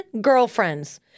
girlfriends